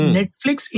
Netflix